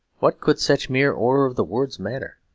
what could such mere order of the words matter?